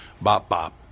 Bop-bop